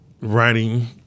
writing